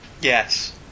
Yes